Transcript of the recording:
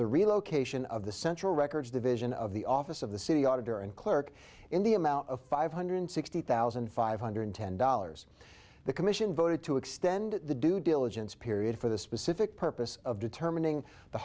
the relocation of the central records division of the office of the city auditor and clerk in the amount of five hundred sixty thousand five hundred ten dollars the commission voted to extend the due diligence period for the specific purpose of determining the